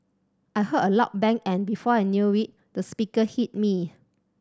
I heard a loud bang and before I knew it the speaker hit me